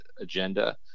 agenda